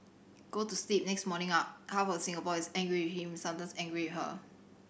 go to sleep next morning up half of Singapore is angry with him sometimes angry with her